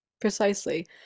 precisely